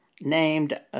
named